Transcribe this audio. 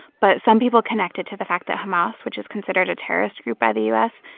but some people connect it to the fact that hamas, which is considered a terrorist group by the u s,